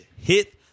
hit